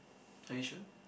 are you sure